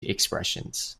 expressions